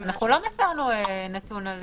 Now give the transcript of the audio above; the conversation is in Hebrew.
--- אנחנו לא העברנו נתון על